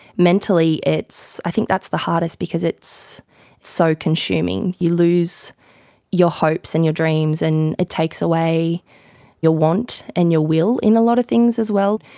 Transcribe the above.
mentally i think that's the hardest, because it's so consuming. you lose your hopes and your dreams and it takes away your want and your will in a lot of things as well.